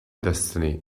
destiny